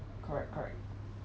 correct correct